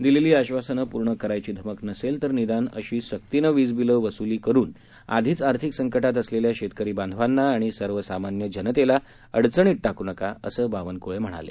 दिलेली आश्वासनं पूर्ण करायची धमक नसेल तर निदान अशी सक्तीनं वीज बिलं वसुली करून आधीच आर्थिक संकटात असलेल्या शेतकरी बांधवांना आणि सर्वसामान्य जनतेला अडचणीत टाकू नका असंही बावनकुळे म्हणाले